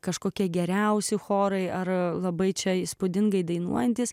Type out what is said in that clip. kažkokie geriausi chorai ar labai čia įspūdingai dainuojantys